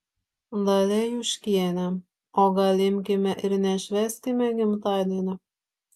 dalia juškienė o gal imkime ir nešvęskime gimtadienio